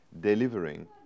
delivering